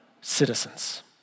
citizens